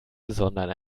sondern